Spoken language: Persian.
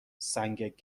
سنگ